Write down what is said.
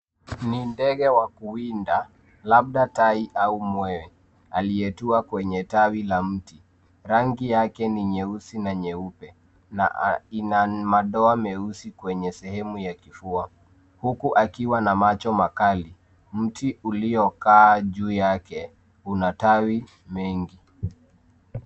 Ni ndege wa kuwinda labda tai au mwewe na aliyetua kwenye tawi la mti. Rangi yake ni nyeusi na nyeupe na ina madoa meusi kwenye sehemu ya kifua. Huku akiwa na macho makali. Mti uliokaa juu yake una tawi mengi.